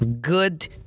good